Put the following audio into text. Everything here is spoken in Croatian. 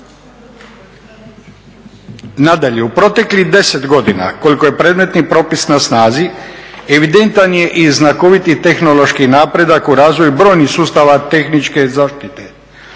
Nadalje, u proteklih 10 godina koliko je predmetni propis na snazi evidentan je i znakoviti tehnološki napredak u razvoju brojnih sustava tehničke zaštite